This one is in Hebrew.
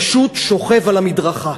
פשוט שוכב על המדרכה.